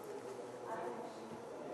ארבע דקות.